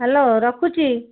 hello ରଖୁଛି